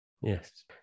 Yes